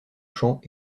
champs